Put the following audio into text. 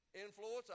influence